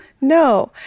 No